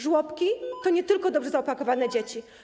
Żłobki to nie tylko dobrze zaopiekowane dzieci.